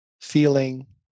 feeling